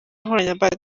nkoranyambaga